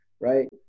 right